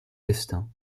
destin